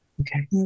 Okay